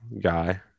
guy